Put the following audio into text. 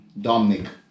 Dominic